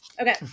Okay